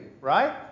right